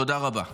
תודה רבה.